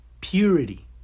purity